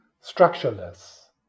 structureless